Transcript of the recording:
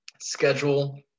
schedule